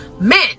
Men